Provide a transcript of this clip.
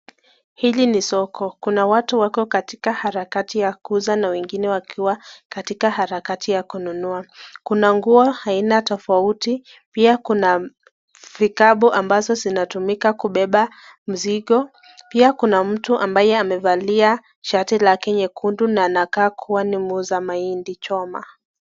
Hili ni soko Kuna watu wako katika harakati ya kuuza na wengine wakiwa katika harakati ya kununua, Kuna nguo aina tofauti pia Kuna vitabu ambazo zinatumika katika kubeba mzigo, Pia Kuna mtu ambaye amevalia shati yake nyekundu na anakaa kuwa ni muuza mahindi choma